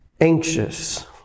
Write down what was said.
anxious